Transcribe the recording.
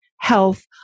health